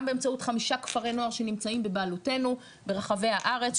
גם באמצעות חמישה כפרי-נוער שנמצאים בבעלותנו ברחבי הארץ,